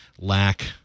lack